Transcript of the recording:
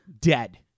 dead